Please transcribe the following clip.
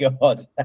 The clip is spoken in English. god